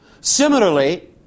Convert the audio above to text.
Similarly